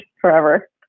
forever